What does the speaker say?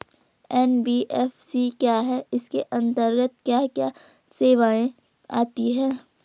NBFC क्या है इसके अंतर्गत क्या क्या सेवाएँ आती हैं?